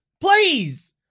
please